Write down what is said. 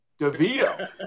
DeVito